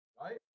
right